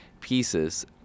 pieces